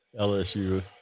LSU